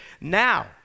now